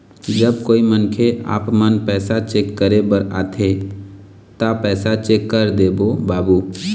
जब कोई मनखे आपमन पैसा चेक करे बर आथे ता पैसा चेक कर देबो बाबू?